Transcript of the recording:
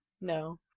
no